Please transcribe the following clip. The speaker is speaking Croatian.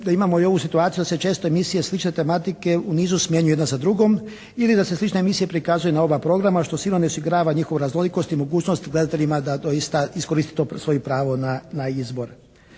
da imamo i ovu situaciju da se često emisije slične tematike u nizu smjenjuju jedna za drugom ili da se slične emisije prikazuju na oba programa što sigurno ne osigurava njihovu raznolikost i mogućnost gledateljima da doista iskoristi to svoje pravo na izbor.